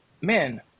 Men